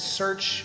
search